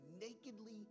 nakedly